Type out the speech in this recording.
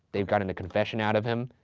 they've gotten a confession out of him,